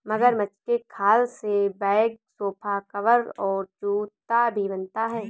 मगरमच्छ के खाल से बैग सोफा कवर और जूता भी बनता है